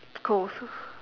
it's cold